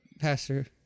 Pastor